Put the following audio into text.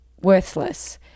worthless